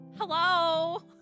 Hello